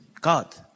God